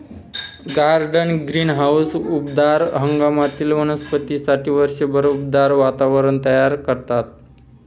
garden greenhouse उबदार हंगामातील वनस्पतींसाठी वर्षभर उबदार वातावरण तयार करतात